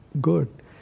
good